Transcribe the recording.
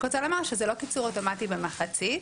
זה לא קיצור אוטומטי במחצית,